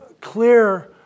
clear